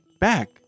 back